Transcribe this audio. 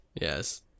yes